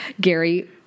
Gary